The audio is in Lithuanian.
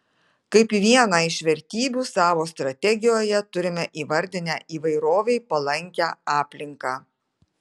kaip vieną iš vertybių savo strategijoje turime įvardinę įvairovei palankią aplinką